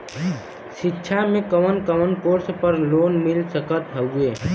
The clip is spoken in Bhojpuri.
शिक्षा मे कवन कवन कोर्स पर लोन मिल सकत हउवे?